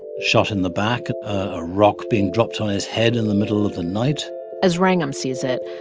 shot in the back, a rock being dropped on his head in the middle of the night as wrangham sees it,